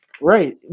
right